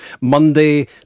Monday